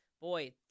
boy